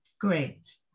Great